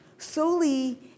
Solely